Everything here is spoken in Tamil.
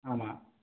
ஆமாம்